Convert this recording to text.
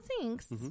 thanks